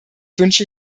wünsche